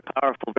powerful